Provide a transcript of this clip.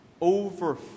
over